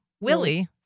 Willie